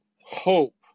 hope